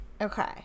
Okay